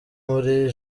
buri